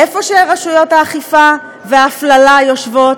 איפה שרשויות האכיפה והפללה יושבות.